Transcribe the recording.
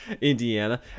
Indiana